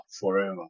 forever